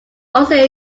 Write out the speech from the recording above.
also